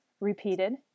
repeated